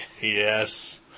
yes